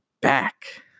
back